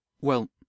Well